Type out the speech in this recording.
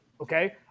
okay